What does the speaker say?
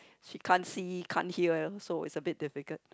she can't see can't hear so it's a bit difficult